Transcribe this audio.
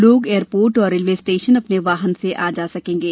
लोग एयरपोर्ट और railway station अपने वाहन से आ जा सकेंगे